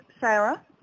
Sarah